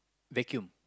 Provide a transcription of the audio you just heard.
vacuum